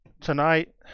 Tonight